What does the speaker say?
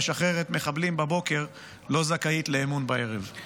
ממשלה שמשחררת מחבלים בבוקר לא זכאית לאמון בערב.